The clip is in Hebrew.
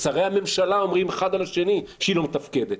שרי הממשלה אומרים אחד על השני שהיא לא מתפקדת.